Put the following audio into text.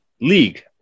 league